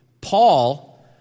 Paul